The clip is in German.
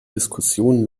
diskussionen